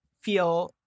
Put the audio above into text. feel